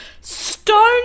stone